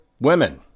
women